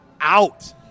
out